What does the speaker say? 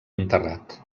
enterrat